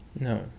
No